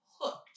hooked